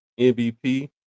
mvp